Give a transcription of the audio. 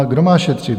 Kdo má šetřit?